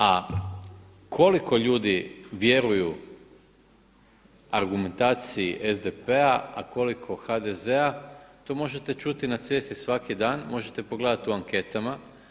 A koliko ljudi vjeruju argumentaciji SDP-a a koliko HDZ-a to možete čuti na cesti svaki dan, možete pogledati u anketama.